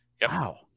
Wow